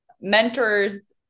mentors